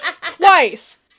twice